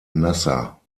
nasser